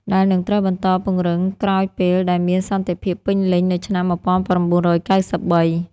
ដែលនឹងត្រូវបន្តពង្រឹងក្រោយពេលដែលមានសន្តិភាពពេញលេញនៅឆ្នាំ ១៩៩៣។